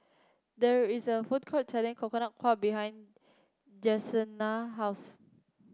there is a food court selling Coconut Kuih behind Janessa house